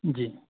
جی